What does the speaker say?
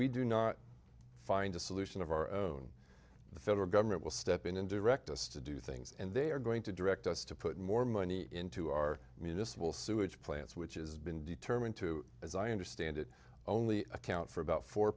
we do not find a solution of our own the federal government will step in and direct us to do things and they are going to direct us to put more money into our municipal sewage plants which is been determined to as i understand it only account for about four